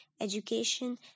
education